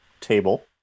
table